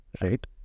right